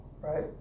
Right